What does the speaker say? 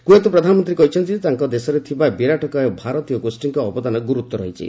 Kuwait ପ୍ରଧାନମନ୍ତ୍ରୀ କହିଛନ୍ତି ଯେ ତାଙ୍କ ଦେଶରେ ଥିବା ବିରାଟକାୟ ଭାରତୀୟ ଗୋଷ୍ଠୀଙ୍କ ଅବଦାନ ଗୁରୁତ୍ୱ ରହିଛି